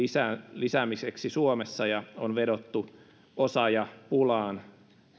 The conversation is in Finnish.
lisäämiseksi suomessa ja vedottu osaajapulaan